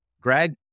Greg